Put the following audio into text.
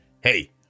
Hey